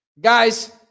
Guys